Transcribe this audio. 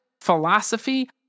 philosophy